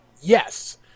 yes